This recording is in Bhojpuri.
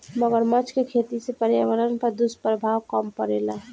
मगरमच्छ के खेती से पर्यावरण पर दुष्प्रभाव कम पड़ेला